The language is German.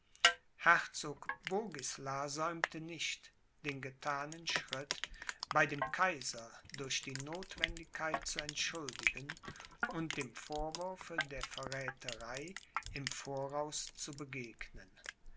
herzog bogisla säumte nicht den gethanen schritt bei dem kaiser durch die notwendigkeit zu entschuldigen und dem vorwurfe der verrätherei im voraus zu begegnen